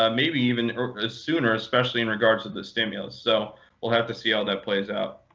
um maybe even sooner, especially in regards to the stimulus. so we'll have to see how that plays out.